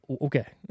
Okay